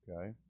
Okay